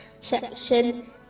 section